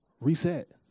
Reset